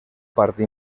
parte